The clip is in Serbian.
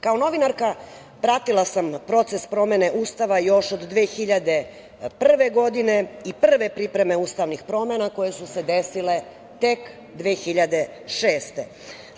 Kao novinarka pratila sam proces promene Ustava još od 2001. godine i prve pripreme ustavnih promena koje su se desile tek 2006. godine.